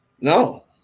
No